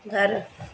घरु